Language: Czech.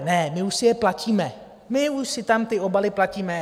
Ne, my už si je platíme, my už si tam ty obaly platíme.